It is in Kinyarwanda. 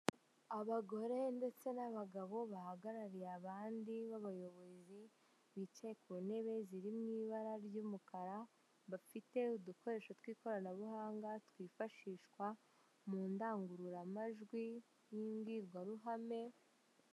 Abagore ndetse n'abagabo, bahagarariye abandi b'abayobozi, bicaye ku ntebe ziri mu ibara ry'umukara, bafite udukoresho tw'ikoranabuhanga twifashishwa mu ndangururamajwi n'imbwirwaruhame,...